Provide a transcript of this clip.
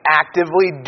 actively